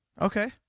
Okay